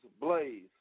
Blaze